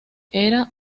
era